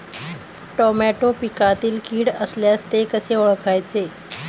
Tomato पिकातील कीड असल्यास ते कसे ओळखायचे?